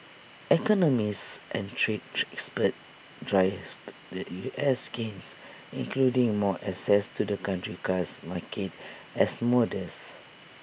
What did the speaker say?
economists and trade experts described the U S's gains including more access to the country's car market as modest